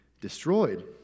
destroyed